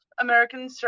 american